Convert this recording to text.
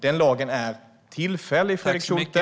Den lagen är tillfällig, Fredrik Schulte.